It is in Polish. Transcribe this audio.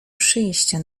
przyjścia